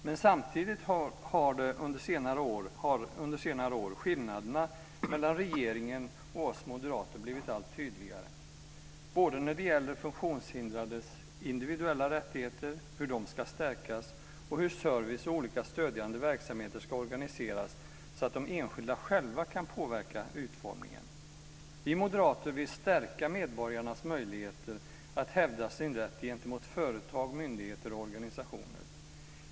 Men samtidigt har under senare år skillnaderna mellan regeringen och oss moderater blivit allt tydligare både när det gäller hur funktionshindrades individuella rättigheter ska stärkas och hur service och olika stödjande verksamheter ska organiseras så att de enskilda själva kan påverka utformningen. Vi moderater vill stärka medborgarnas möjligheter att hävda sin rätt gentemot företag, myndigheter och organisationer.